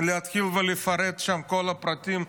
להתחיל ולפרט את כל הפרטים,